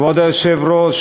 כבוד היושב-ראש,